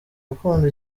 gukunda